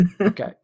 okay